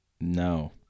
No